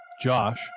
Josh